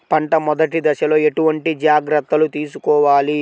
పంట మెదటి దశలో ఎటువంటి జాగ్రత్తలు తీసుకోవాలి?